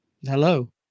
Hello